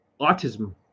Autism